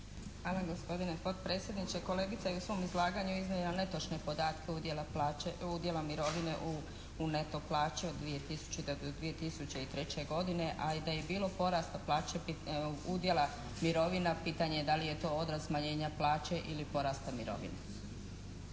Hvala gospodine potpredsjedniče. Kolegica je u svom izlaganju iznijela netočne podatke udjela plaće, udjela mirovine u neto plaći od 2000. do 2003. godine, a i da je bilo porasta plaće, udjela mirovina pitanje da li je to odraz smanjenja plaće ili porasta mirovine.